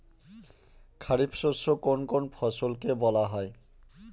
খারিফ শস্য কোন কোন ফসলকে বলা হয়?